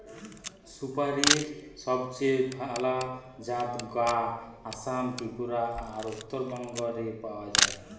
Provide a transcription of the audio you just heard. সুপারীর সবচেয়ে ভালা জাত গা আসাম, ত্রিপুরা আর উত্তরবঙ্গ রে পাওয়া যায়